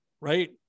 right